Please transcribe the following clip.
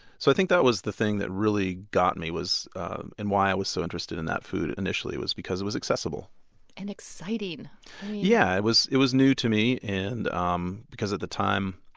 so think that was the thing that really got me, and why i was so interested in that food initially was because it was accessible and exciting yeah. it was it was new to me, and um because at the time,